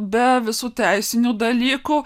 be visų teisinių dalykų